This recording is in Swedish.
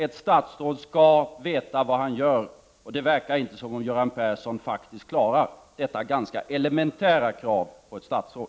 Ett statsråd skall veta vad han gör, och det verkar faktiskt inte som om Göran Persson klarar detta ganska elementära krav på ett statsråd.